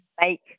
make